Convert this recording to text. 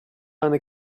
eine